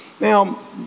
Now